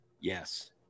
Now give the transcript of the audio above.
yes